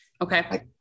okay